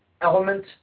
element